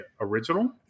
original